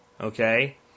okay